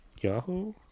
yahoo